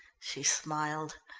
she smiled.